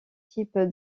type